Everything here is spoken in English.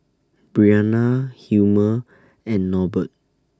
Briana Hilmer and Norbert